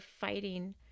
fighting